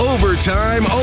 Overtime